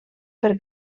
per